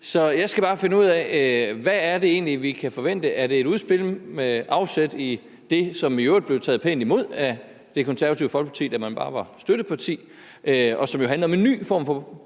Så jeg skal bare finde ud af, hvad det er, vi kan forvente. Er det et udspil med afsæt i det, som i øvrigt blev modtaget pænt af Det Konservative Folkeparti, da man bare var støtteparti, og som jo handler om en ny form for